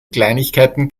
kleinigkeiten